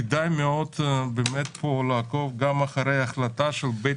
כדאי מאוד לעקוב גם אחרי ההחלטה של בית